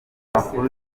amakuru